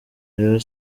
rayon